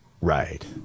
Right